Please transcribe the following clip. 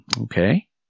okay